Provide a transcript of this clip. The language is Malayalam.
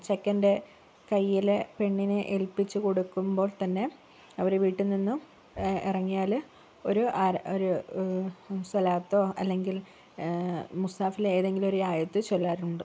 ചെക്കൻ്റെ കൈയ്യിൽ പെണ്ണിനെ ഏല്പിച്ചു കൊടുക്കുമ്പോൾ തന്നെ അവർ വീട്ടിൽ നിന്നും ഇറങ്ങിയാൽ ഒരു ഒരു സലാത്തോ അല്ലെങ്കിൽ മുസാഫിലെ ഏതെങ്കിലും ഒരു ആയത്ത് ചൊല്ലാറുണ്ട്